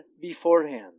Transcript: beforehand